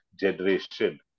generation